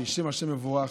יהי שם ה' מבורך.